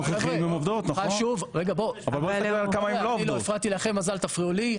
אני לא הפרעתי לכם אז אל תפריעו לי.